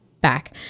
back